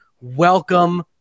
Welcome